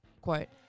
Quote